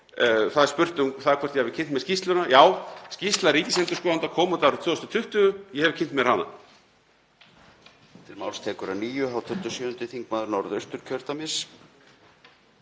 þar er spurt hvort ég hafi kynnt mér skýrsluna. Já, skýrsla ríkisendurskoðanda kom út árið 2020. Ég hef kynnt mér hana.